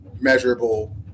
measurable –